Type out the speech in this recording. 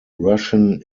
russian